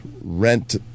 rent